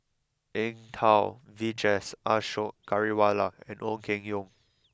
Eng Tow Vijesh Ashok Ghariwala and Ong Keng Yong